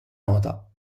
nota